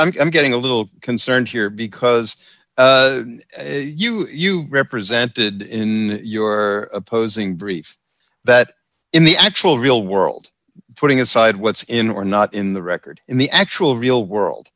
say i'm getting a little concerned here because you you represented in your opposing brief that in the actual real world putting aside what's in or not in the record in the actual real world